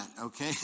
okay